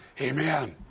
Amen